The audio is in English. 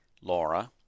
Laura